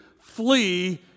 flee